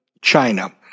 China